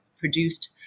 produced